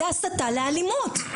זו הסתה לאלימות.